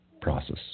process